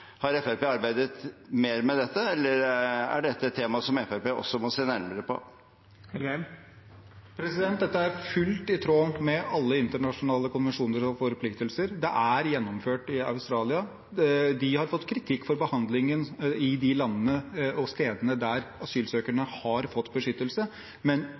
Har Fremskrittspartiet arbeidet mer med dette, eller er dette et tema som Fremskrittspartiet også må se nærmere på? Dette er helt i tråd med alle internasjonale konvensjoner og forpliktelser. Det er gjennomført i Australia. De har fått kritikk for behandlingen i de landene og på de stedene der asylsøkerne har fått beskyttelse, men